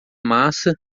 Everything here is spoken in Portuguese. massa